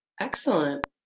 Excellent